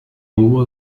hubo